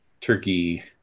Turkey